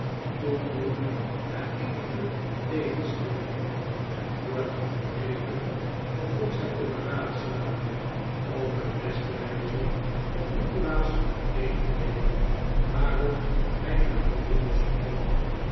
toen newman na eenige tegenstribbeling zijn woord had gegeven begonnen zij te beraadslagen over de beste wijze om nikolaas mee te deelen waarom hij naar londen was ontboden